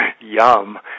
Yum